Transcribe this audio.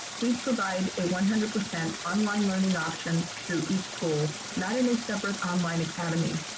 please provide a one hundred percent online learning option through each school, not in a separate online academy.